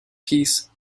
peace